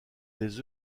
des